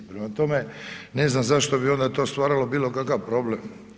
Prema tome, ne znam zašto bi onda to stvaralo bilo kakav problem.